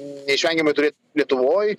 neišvengiamai turėt lietuvoj